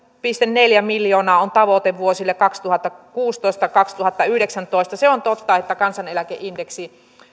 pilkku neljä miljoonaa on tavoite vuosille kaksituhattakuusitoista viiva kaksituhattayhdeksäntoista se on totta että kansaneläkeindeksi